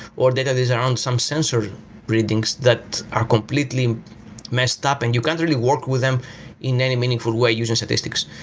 or data that's around some sensor readings that are completely messed up and you can't really work with them in any meaningful way using statistics.